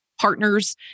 partners